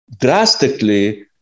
drastically